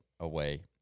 away